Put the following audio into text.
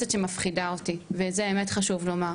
וזה חשוב לומר,